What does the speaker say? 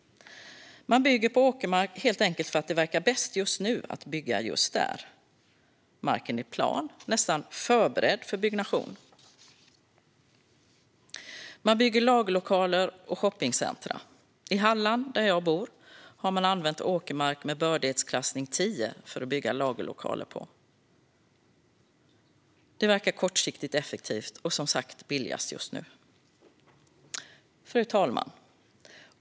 Man bygger på åkermark helt enkelt för att det verkar bäst just nu att bygga just där. Marken är plan, nästan förberedd för byggnation. Man bygger lagerlokaler och shoppingcentrum. I Halland, där jag bor, har man använt åkermark med bördighetsklassning 10 för att bygga lagerlokaler på. Det verkar kortsiktigt effektivt och som sagt billigast just nu. Fru talman!